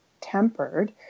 tempered